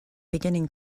beginning